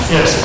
Yes